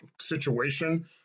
situation